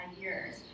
years